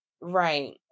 right